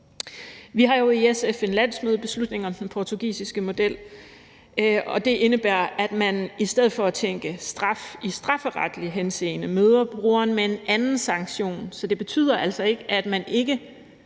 Vi har jo i SF en landsmødebeslutning om den portugisiske model. Den indebærer, at man i stedet for at tænke straf i strafferetlig henseende møder brugeren med en anden sanktion. Så det betyder altså ikke, at man ikke